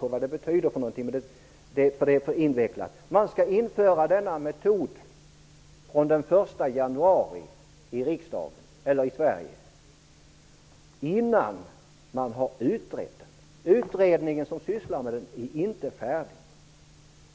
Jag skall inte gå in närmare på vad den innebär -- det är för invecklat -- men detta skall ske innan man har utrett den. Utredningen som sysslar med detta är inte färdig.